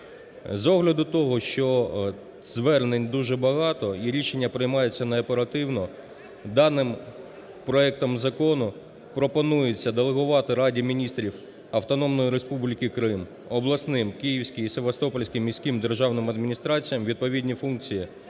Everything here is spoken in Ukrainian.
З огляду того, що звернень дуже багато і рішення приймаються не оперативно, даним проектом Закону пропонується делегувати Раді Міністрів Автономної Республіки Крим, обласним Київській і Севастопольській міським державним адміністраціям відповідні функції